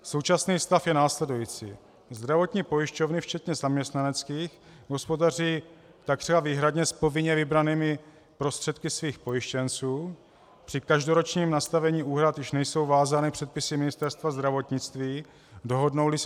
Současný stav je následující: Zdravotní pojišťovny včetně zaměstnaneckých hospodaří takřka výhradně s povinně vybranými prostředky svých pojištěnců, při každoročním nastavení úhrad již nejsou vázány předpisy Ministerstva zdravotnictví, dohodnouli se s poskytovatelem jinak.